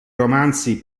romanzi